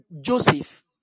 Joseph